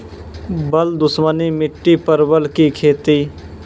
बल दुश्मनी मिट्टी परवल की खेती?